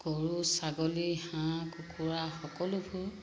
গৰু ছাগলী হাঁহ কুকুৰা সকলোবোৰ